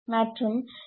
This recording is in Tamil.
மற்றும் சி